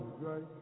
right